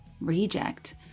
reject